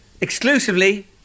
exclusively